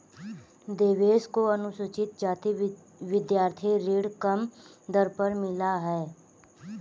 देवेश को अनुसूचित जाति विद्यार्थी ऋण कम दर पर मिला है